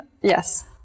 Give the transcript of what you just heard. Yes